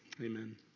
Amen